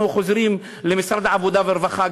אנחנו חוזרים למשרד העבודה והרווחה,